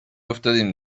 افتادیم